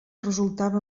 resultava